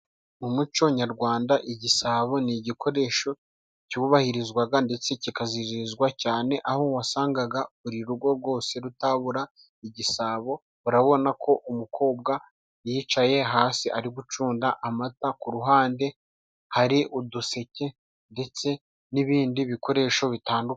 Mu muco nyarwanda igisabo ni igikoresho cyubahirizwaga ndetse kikaziririzwa cyane aho wasangaga buri rugo rwose rutabura igisabo, urabona ko umukobwa yicaye hasi ari gucunda amata ku ruhande hari uduseke ndetse n'ibindi bikoresho bitandukanye.